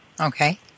Okay